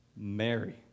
Mary